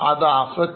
അത് assets